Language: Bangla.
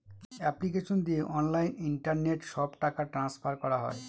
এপ্লিকেশন দিয়ে অনলাইন ইন্টারনেট সব টাকা ট্রান্সফার করা হয়